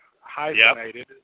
hyphenated